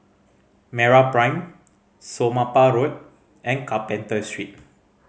MeraPrime Somapah Road and Carpenter Street